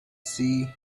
sea